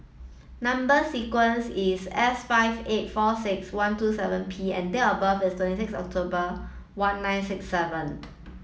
number sequence is S five eight four six one two seven P and date of birth is twenty six October one nine six seven